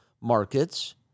markets